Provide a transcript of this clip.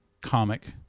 comic